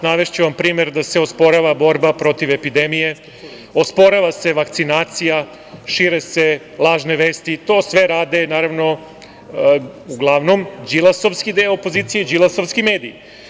Navešću vam primer da se osporava borba protiv epidemije, osporava se vakcinacija, šire se lažne vesti, to sve rade, naravno, uglavnom Đilasovski deo opozicije i Đilasovski mediji.